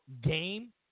game